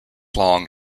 long